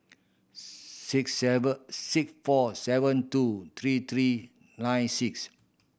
six seven six four seven two three three nine six